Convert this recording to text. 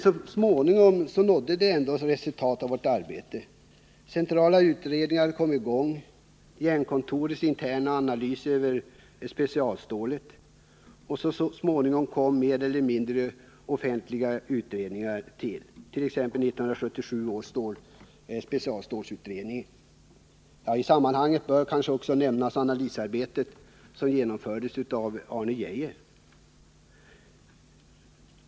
Så småningom gav emellertid vårt arbete ändå resultat. Centrala utredningar kom i gång. Jernkontoret gjorde en intern analys av specialstålet. Så småningom tillkom mer eller mindre offentliga utredningar, t.ex. 1977 års specialstålsutredningar. I sammanhanget bör kanske också nämnas det analysarbete som genomfördes av Arne Geijer.